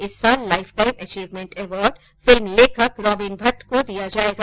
इस साल lifetime achievement award film लेखक रॉबिन भटट को दिया जायेगा